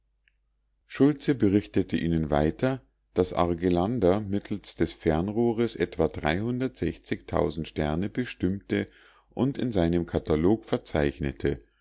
schultze berichtete ihnen weiter daß argelander mittels des fernrohrs etwa sterne bestimmte und in seinem katalog verzeichnete